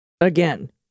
Again